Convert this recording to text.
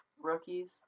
rookies